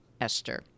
Esther